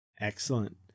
Excellent